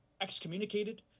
excommunicated